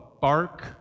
Bark